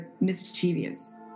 mischievous